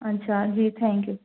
اچھا جی thank you